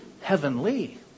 heavenly